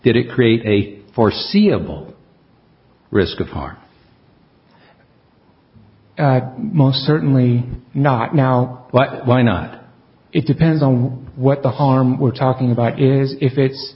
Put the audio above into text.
did it create a foreseeable risk of harm most certainly not now but why not it depends on what the harm we're talking about is if it's